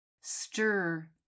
stir